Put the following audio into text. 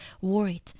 worried